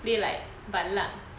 play like ban luck with her